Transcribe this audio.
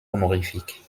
honorifique